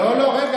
לא, לא.